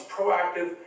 proactive